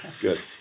Good